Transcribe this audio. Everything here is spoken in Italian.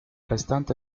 restante